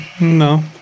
No